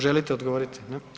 Želite odgovoriti?